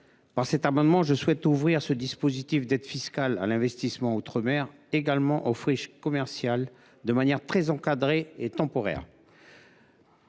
de ce dispositif, je souhaite ouvrir le dispositif d’aide fiscale à l’investissement outre mer aux friches commerciales, de manière très encadrée et temporaire.